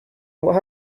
what